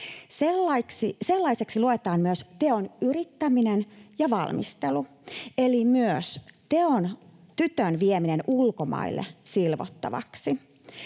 Sellaisiksi luetaan myös teon yrittäminen ja valmistelu eli myös tytön vieminen ulkomaille silvottavaksi.